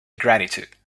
gratitude